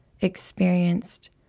experienced